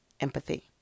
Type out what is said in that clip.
empathy